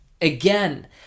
again